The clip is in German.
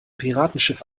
piratenschiff